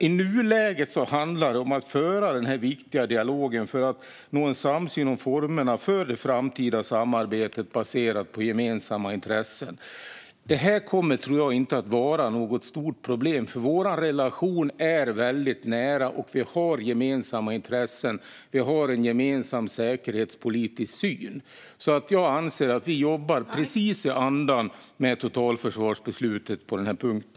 I nuläget handlar det om att föra den här viktiga dialogen för att nå en samsyn om formerna för det framtida samarbetet baserat på gemensamma intressen. Det här tror jag inte kommer att vara ett stort problem, för vår relation är väldigt nära och vi har gemensamma intressen och en gemensam säkerhetspolitisk syn. Jag anser att vi jobbar precis i samma anda som totalförsvarsbeslutet på den här punkten.